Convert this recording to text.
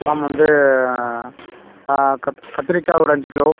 அப்புறம் வந்து கத் கத்திரிக்காய் ஒரு அஞ்சு கிலோ